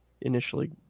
initially